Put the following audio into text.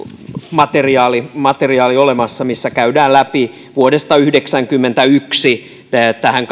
materiaali materiaali olemassa missä käydään läpi vuodesta yhdeksänkymmentäyksi tähän